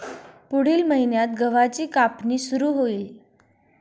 पुढील महिन्यात गव्हाची कापणी सुरू होईल